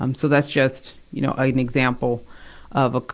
um so that's just, you know, an example of a co,